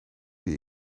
die